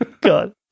God